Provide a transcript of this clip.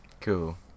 cool